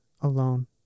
alone